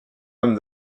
homme